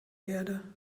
erde